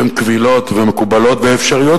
שהן קבילות ומקובלות ואפשריות,